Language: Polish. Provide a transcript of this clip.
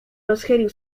rozchylił